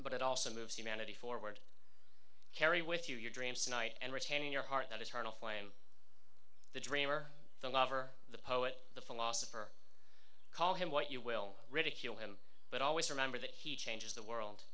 but it also moves humanity forward carry with you your dreams tonight and retaining your heart that eternal flame the dreamer the lover the poet the philosopher call him what you will ridicule him but always remember that he changes the world